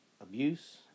abuse